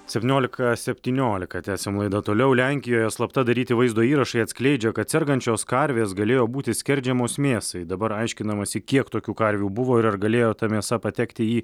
septyniolika septyniolika tęsiam laidą toliau lenkijoje slapta daryti vaizdo įrašai atskleidžia kad sergančios karvės galėjo būti skerdžiamos mėsai dabar aiškinamasi kiek tokių karvių buvo ir ar galėjo ta mėsa patekti į